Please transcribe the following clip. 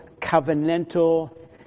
covenantal